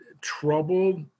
troubled